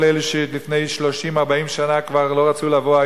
כל אלה שלפני 30 40 שנה כבר לא רצו לבוא,